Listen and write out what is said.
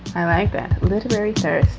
i like that literary first.